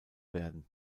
werden